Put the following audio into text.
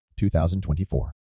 2024